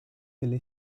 delle